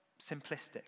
simplistic